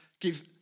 give